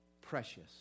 precious